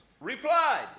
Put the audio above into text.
replied